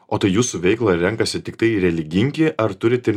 o tai jūsų veiklą renkasi tiktai religingi ar turit ir